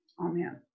Amen